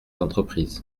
entreprises